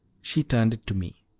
she turned it to me,